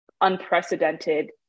unprecedented